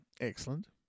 Excellent